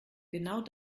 genau